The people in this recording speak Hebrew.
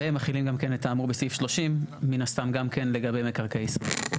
ומחילים גם כן את האמור בסעיף 30 מן הסתם גם כן לגבי מקרקעי ישראל.